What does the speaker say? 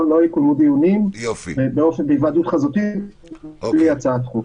לא יתקיימו דיונים בהיוועדות חזותית ללא הצעת חוק.